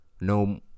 no